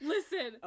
Listen